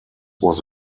was